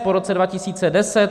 Po roce 2010?